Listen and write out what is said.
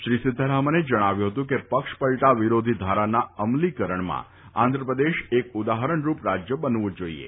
શ્રી સિતારામને જણાવ્યું ફતું કે પક્ષ પલટા વિરોધી ધારાના અમલીકરણમાં આંધ્રપ્રદેશ એક ઉદાફરણરૂપ રાજ્ય બનવું જાઈએ